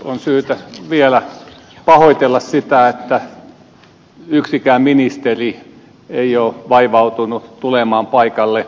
on syytä vielä pahoitella sitä että yksikään ministeri ei ole vaivautunut tulemaan paikalle